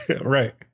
right